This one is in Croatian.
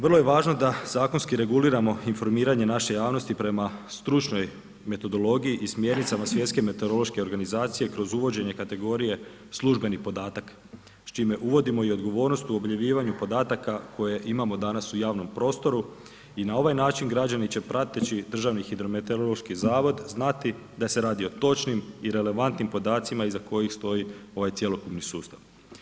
Vrlo je važno da zakonski reguliramo informiranje naše javnosti prema stručnoj metodologiji i smjernicama Svjetske meteorološke organizacije kroz uvođenje kategorije službenih podataka s čime uvodimo i odgovornost u objavljivanju podataka koje imamo danas u javnom prostoru i na ovaj način građani će DHMZ znati da se radi o točnim i relevantnim podacima iza kojih stoji ovaj cjelokupni sustav.